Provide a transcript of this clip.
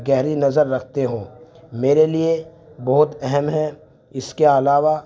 گہری نظر رکھتے ہوں میرے لیے بہت اہم ہیں اس کے علاوہ